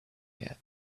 yet